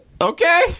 Okay